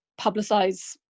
publicize